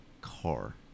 car